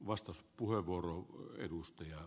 herra puhemies